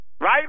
Right